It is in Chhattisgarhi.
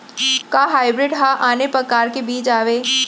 का हाइब्रिड हा आने परकार के बीज आवय?